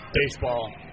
baseball